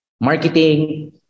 marketing